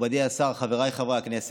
מכובדי השר, חבריי חברי הכנסת,